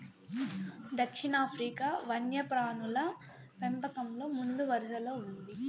దక్షిణాఫ్రికా వన్యప్రాణుల పెంపకంలో ముందువరసలో ఉంది